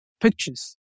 pictures